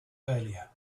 earlier